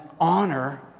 honor